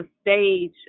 stage